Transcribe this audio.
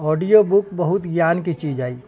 audio book बहुत ज्ञानके चीज अइ